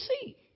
see